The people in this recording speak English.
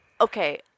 okay